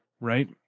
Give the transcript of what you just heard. right